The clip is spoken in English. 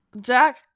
Jack